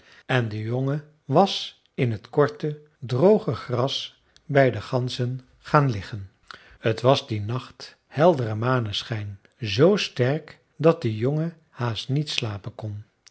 en de jongen was in het korte droge gras bij de ganzen gaan liggen t was dien nacht heldere maneschijn z sterk dat de jongen haast niet slapen kon